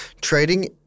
trading